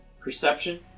Perception